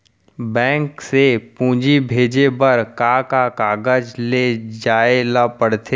Bank से पूंजी भेजे बर का का कागज ले जाये ल पड़थे?